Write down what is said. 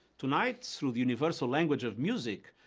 tonight, through the universal language of music,